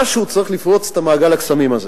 משהו צריך לפרוץ את מעגל הקסמים הזה.